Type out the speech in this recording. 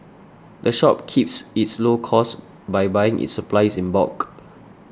the shop keeps its low costs by buying its supplies in bulk